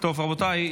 רבותיי,